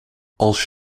als